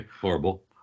Horrible